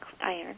iron